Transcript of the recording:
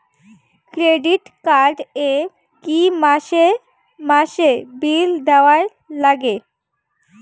Credit card এ কি মাসে মাসে বিল দেওয়ার লাগে?